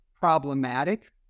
problematic